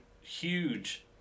huge